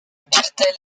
cartel